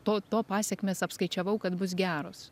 to to pasekmės apskaičiavau kad bus geros